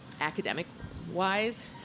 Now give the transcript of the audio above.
academic-wise